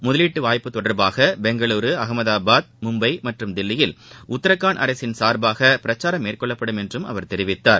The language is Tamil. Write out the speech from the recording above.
முதலீட்டுவாய்ப்பு தொடர்பாகபெங்களூரு அகமதாபாத் மும்பைமற்றும் தில்லியில் உத்ரகாண்ட் அரசின் சார்பாகபிரச்சாரம் மேற்கொள்ளப்படும் என்றுஅவர் தெரிவித்தார்